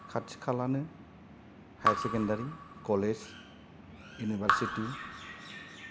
खाथि खालानो higher secondary college university